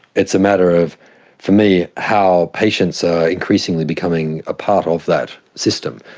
it's a matter of for me how patients are increasingly becoming a part of that system,